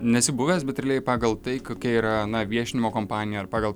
nesi buvęs bet realiai pagal tai kokia yra na viešinimo kompanija ar pagal